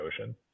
ocean